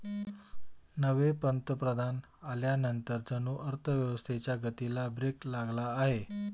नवे पंतप्रधान आल्यानंतर जणू अर्थव्यवस्थेच्या गतीला ब्रेक लागला आहे